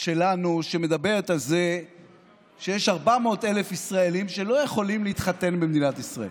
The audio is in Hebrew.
שלנו שמדברת על זה שיש 400,000 ישראלים שלא יכולים להתחתן במדינת ישראל,